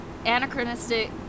anachronistic